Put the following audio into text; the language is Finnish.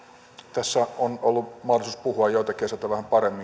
tässä on ollut mahdollisuus puhua joitakin asioita vähän paremminkin